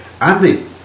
Andy